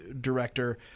director